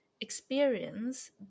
experience